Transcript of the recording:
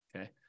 Okay